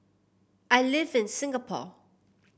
I live in Singapore